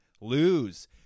Lose